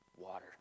water